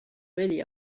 really